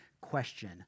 question